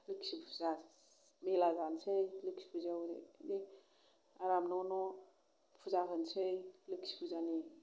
लोखि फुजा मेला जानोसै लोखि फुजायाव आराम न' न' फुजा होनोसै लोखि फुजानि